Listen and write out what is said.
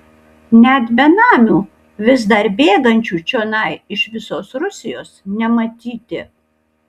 net benamių vis dar bėgančių čionai iš visos rusijos nematyti